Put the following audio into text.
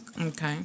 okay